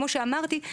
כמו שאמרתי,